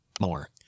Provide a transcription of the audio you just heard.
More